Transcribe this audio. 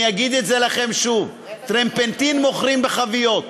אני אגיד את זה לכם שוב: טרפנטין מוכרים בחביות,